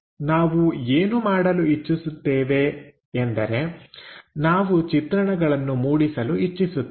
ನಾವು ಏನು ಮಾಡಲು ಇಚ್ಚಿಸುತ್ತೇವೆ ಎಂದರೆ ನಾವು ಚಿತ್ರಣಗಳನ್ನು ಮೂಡಿಸಲು ಇಚ್ಚಿಸುತ್ತೇವೆ